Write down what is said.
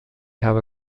habe